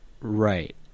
right